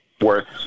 worth